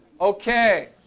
Okay